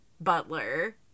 butler